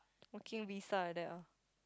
working visa like that ah